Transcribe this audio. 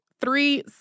three